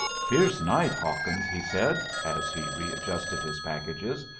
fierce night, hawkins, he said, as he readjusted his packages.